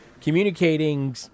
Communicating